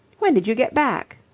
when did you get back?